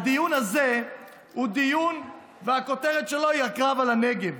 הדיון הזה הוא דיון שהכותרת שלו היא "הקרב על הנגב".